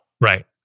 Right